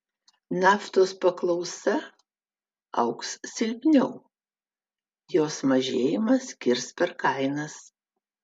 naftos paklausa augs silpniau jos mažėjimas kirs per kainas